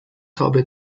تاب